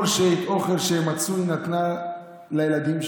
כל אוכל שמצאו היא נתנה לילדים שלה.